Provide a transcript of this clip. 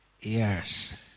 Yes